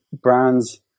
brands